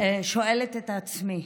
אני שואלת את עצמי: